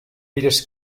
mires